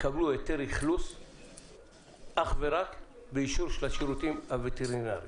בהתאם לדרישה האמורה קודם לשנת התכנון,